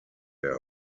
der